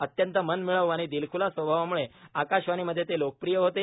अत्यंत मनमिळाऊ आणि दिलख्लास स्वभावाम्ळे आकाशवाणीमध्ये ते लोकप्रिय होते